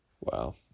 Wow